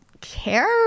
care